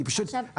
אני פשוט,